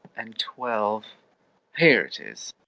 and twelve here it is.